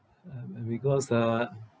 uh uh because uh